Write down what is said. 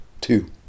two